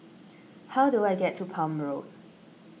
how do I get to Palm Road